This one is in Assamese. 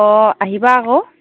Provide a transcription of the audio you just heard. অঁ আহিবা আকৌ